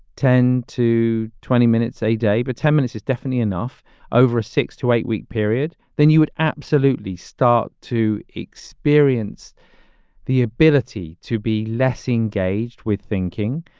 ten to twenty minutes a day, but ten minutes is definitely enough over a six to eight week period, then you would absolutely start to experience the ability to be less engaged with thinking.